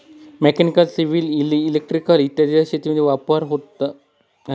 mechanical, civil आणि electrical इत्यादींचा शेतीमध्ये वापर होत आहे